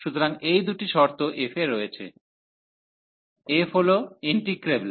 সুতরাং এই দুটি শর্ত f এ রয়েছে f হল ইন্টিগ্রেবল